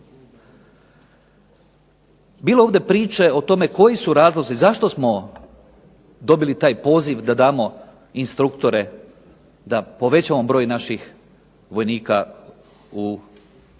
Bilo je ovdje priče o tome koji su razlozi, zašto smo dobili taj poziv da damo instruktore, da povećamo broj naših vojnika u ovoj